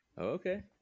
Okay